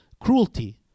cruelty